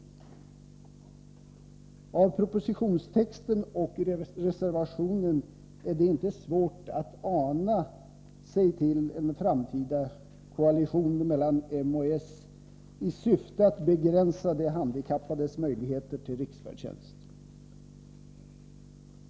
Av propositionstexten och reservationen är det inte svårt att ana sig till en framtida koalition mellan m och s i syfte att begränsa de handikappades möjligheter till riksfärdtjänst.